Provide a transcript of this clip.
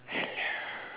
hello